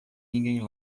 ninguém